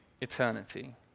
eternity